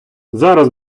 зараз